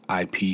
IP